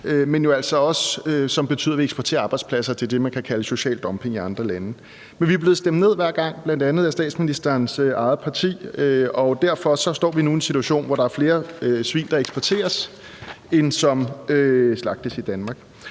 betyder, at vi eksporterer arbejdspladser til det, man kan kalde social dumping i andre lande. Men vi er blevet stemt ned hver gang, bl.a. af statsministerens eget parti, og derfor står vi nu i en situation, hvor der er flere svin, der eksporteres, end der slagtes i Danmark.